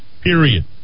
period